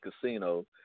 casino